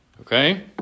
Okay